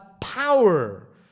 power